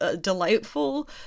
delightful